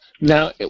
Now